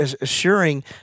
assuring